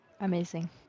Amazing